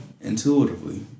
intuitively